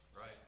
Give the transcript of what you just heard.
Right